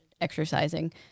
exercising